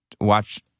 watch